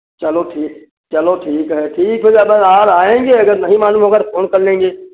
चलो ठीक चलो ठीक है ठीक है दादा और आएंगे अगर नही मालूम होगा तो फोन कर लेंगे